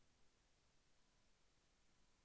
నాకు photo studio ఉంది ఋణం పొంద వచ్చునా?